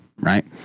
right